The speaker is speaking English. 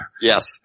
Yes